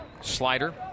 Slider